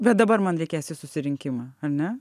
bet dabar man reikės į susirinkimą ar ne